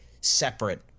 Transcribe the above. separate